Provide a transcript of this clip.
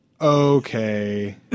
Okay